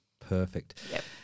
Perfect